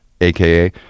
aka